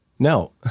No